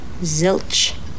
Zilch